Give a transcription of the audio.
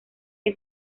que